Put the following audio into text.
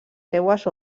seues